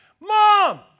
Mom